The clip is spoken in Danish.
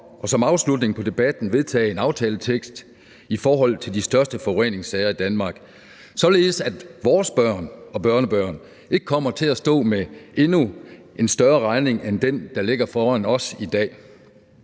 og som afslutning på debatten vedtage en aftaletekst i forhold til de største forureningssager i Danmark, således at vores børn og børnebørn ikke kommer til at stå med en endnu større regning end den, der ligger foran os i dag.